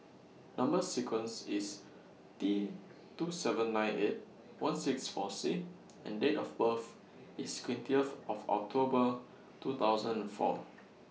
Number sequence IS T two seven nine eight one six four C and Date of birth IS twentieth of October two thousand four